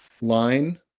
line